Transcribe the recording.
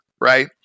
right